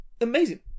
amazing